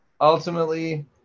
ultimately